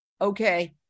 okay